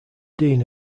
dean